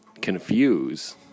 confuse